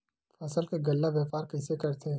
फसल के गल्ला व्यापार कइसे करथे?